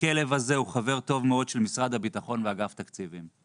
הכלב הזה הוא חבר טוב מאוד של משרד הביטחון ואגף תקציבים".